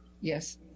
yes